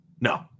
No